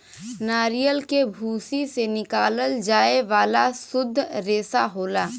नरियल के भूसी से निकालल जाये वाला सुद्ध रेसा होला